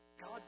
God